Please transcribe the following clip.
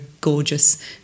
gorgeous